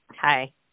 Hi